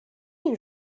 این